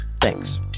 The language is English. Thanks